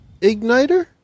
igniter